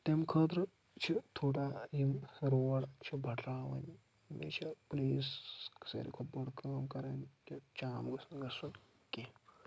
تَمہِ خٲطرٕ چھِ تھوڑا یِم روڈ چھِ بَڑراوٕنۍ بیٚیہِ چھِ نٔیِس ساروی کھۄت بوٚڑ کٲم کَرٕنۍ کہِ جام گوٚژھ نہٕ گژھُن کیٚنٛہہ